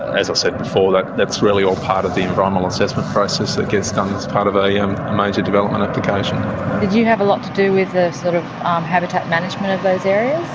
as i said before, that's really all part of the environmental assessment process that gets done as part of a um major development application. did you have a lot to do with the sort of um habitat management of those areas?